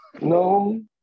No